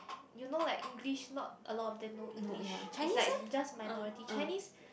you know like English not a lot of them know English is like just minority Chinese